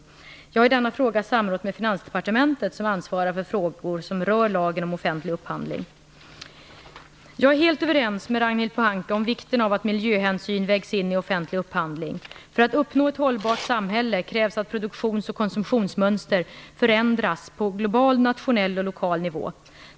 Jag har i denna fråga samrått med Finansdepartementet, som ansvarar för frågor som rör lagen om offentlig upphandling. Jag är helt överens med Ragnhild Pohanka om vikten av att miljöhänsyn vägs in i offentlig upphandling. För att vi skall uppnå ett hållbart samhälle krävs att produktions och konsumtionsmönster förändras på global, nationell och lokal nivå.